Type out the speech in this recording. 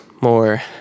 more